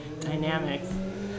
dynamics